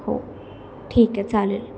हो ठीक आहे चालेल